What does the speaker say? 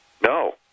no